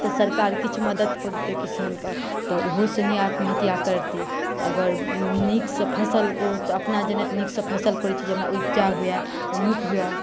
सरकार किछु मदद कऽ देतै किसान के तऽ ओहो सॅं नहि आत्महत्या करतै तऽ अगर नीक सॅं फसल अपना जनैत नीक सॅं फसल करैत छै जे हमरा नीक सॅं उपजा हुए नीक हुए